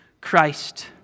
Christ